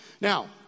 Now